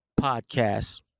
podcast